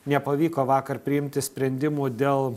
nepavyko vakar priimti sprendimų dėl